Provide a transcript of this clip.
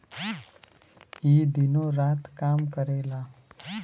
ई दिनो रात काम करेला